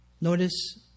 notice